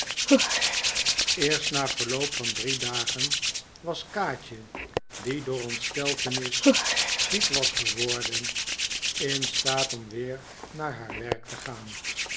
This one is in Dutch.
eerst na verloop van drie dagen was kaatje die door ontsteltenis ziek was geworden in staat om weer naar haar werk te gaan